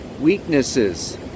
weaknesses